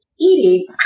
eating